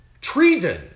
treason